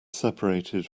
seperated